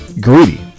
Greedy